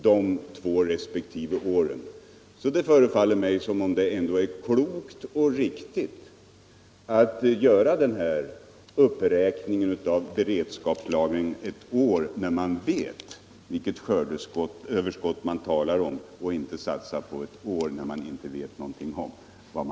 Det förefaller mig klokt och riktigt att göra denna uppräkning av beredskapslagringen ett år när man vet vilket skördeöverskott man har och att inte satsa på ett år som man inte vet någonting om.